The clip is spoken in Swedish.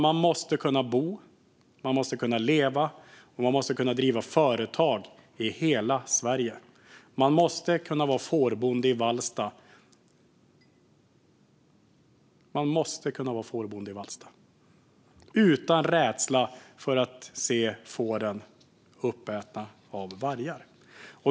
Man måste kunna bo, leva och driva företag i hela Sverige. Man måste kunna vara fårbonde i Vallsta utan rädsla för att se fåren uppätna av vargar.